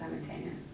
simultaneous